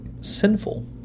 sinful